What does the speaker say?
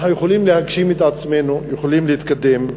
אנחנו יכולים להגשים את עצמנו, יכולים להתקדם.